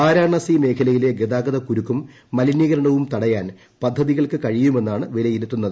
വാരാണസി മേഖലയിലെ ഗതാഗതക്കുരുക്കും മലിനീകരണവും തടയാൻ പദ്ധതികൾക്ക് കഴിയുമെന്നാണ് വിലയിരുത്തുന്നത്